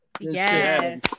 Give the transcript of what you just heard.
Yes